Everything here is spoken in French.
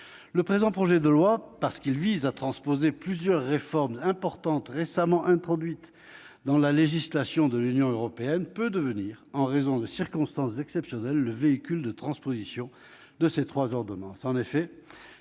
Le présent projet de loi, parce qu'il vise à transposer plusieurs réformes importantes récemment introduites dans la législation de l'Union européenne, peut devenir, en raison de circonstances exceptionnelles, le véhicule de transposition de ces trois directives.